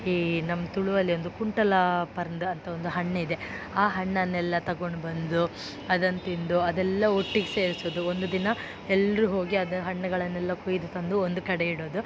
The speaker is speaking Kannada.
ಈ ನಮ್ಮ ತುಳುವಲ್ಲಿ ಒಂದು ಕುಂಟಲಾ ಪರ್ನ್ದ್ ಅಂತ ಒಂದು ಹಣ್ಣಿದೆ ಆ ಹಣ್ಣನ್ನೆಲ್ಲ ತಗೊಂಡು ಬಂದು ಅದನ್ನು ತಿಂದು ಅದೆಲ್ಲ ಒಟ್ಟಿಗೆ ಸೇರಿಸೋದು ಒಂದು ದಿನ ಎಲ್ಲರೂ ಹೋಗಿ ಅದು ಹಣ್ಣುಗಳನ್ನೆಲ್ಲ ಕುಯ್ದು ತಂದು ಒಂದು ಕಡೆ ಇಡೋದು